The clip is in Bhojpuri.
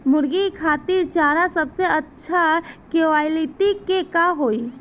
मुर्गी खातिर चारा सबसे अच्छा क्वालिटी के का होई?